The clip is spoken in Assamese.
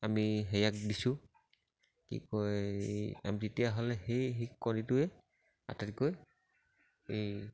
আমি হেৰিয়াক দিছোঁ কি কয় আমি তেতিয়াহ'লে সেই কণীটোৱে আটাইতকৈ এই